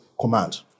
command